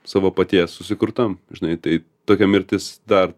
savo paties susikurtam žinai tai tokia mirtis dar